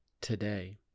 today